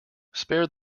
spare